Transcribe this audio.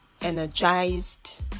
energized